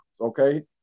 okay